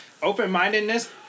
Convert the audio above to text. Open-mindedness